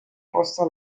posta